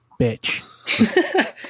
bitch